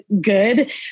good